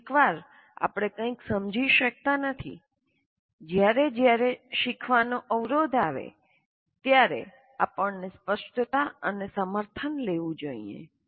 કેટલીકવાર આપણે કંઈક સમજી શકતા નથી જ્યારે જ્યારે શીખવાની અવરોધ આવે ત્યારે આપણે સ્પષ્ટતા અને સમર્થન લેવું જોઈએ